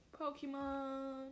Pokemon